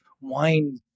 wine